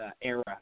era